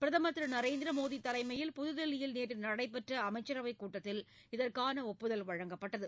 பிரதமர் திரு நரேந்திர மோடி தலைமையில் புதுதில்லியில் நேற்று நடைபெற்ற அமைச்சரவைக் கூட்டத்தில் இதற்கான ஒப்புதல் வழங்கப்பட்டது